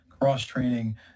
cross-training